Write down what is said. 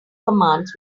commands